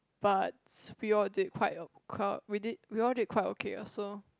but we all did quite a we did we all did quite okay lah so